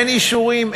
אין אישורים,